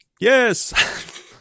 Yes